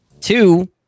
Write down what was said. Two